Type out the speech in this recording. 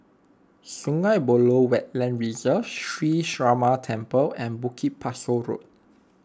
Sungei Buloh Wetland Reserve Sree Ramar Temple and Bukit Pasoh Road